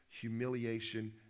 humiliation